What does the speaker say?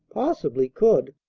possibly could.